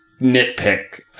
nitpick